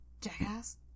Jackass